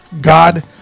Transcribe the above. God